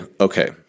okay